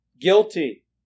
guilty